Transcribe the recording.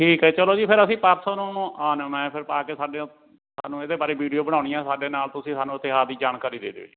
ਠੀਕ ਹੈ ਚਲੋ ਜੀ ਫਿਰ ਅਸੀਂ ਪਰਸੋਂ ਨੂੰ ਆਉਣੇ ਮੈਂ ਫਿਰ ਆ ਕੇ ਸਾਡੇ ਸਾਨੂੰ ਇਹਦੇ ਬਾਰੇ ਵੀਡੀਓ ਬਣਾਉਣੀ ਆ ਸਾਡੇ ਨਾਲ ਤੁਸੀਂ ਸਾਨੂੰ ਇਤਿਹਾਸ ਦੀ ਜਾਣਕਾਰੀ ਦੇ ਦਿਓ ਜੀ